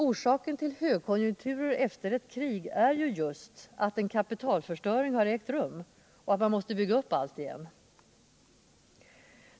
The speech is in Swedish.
Orsaken till högkonjunkturer efter krig är ju just att en kapitalförstöring har ägt rum och att man måste bygga upp allt på nytt.